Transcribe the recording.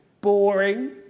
boring